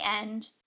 end